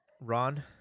Ron